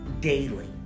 daily